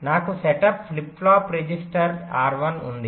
నాకు setup flip flop register R1 ఉంది